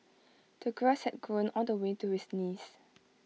the grass had grown all the way to his knees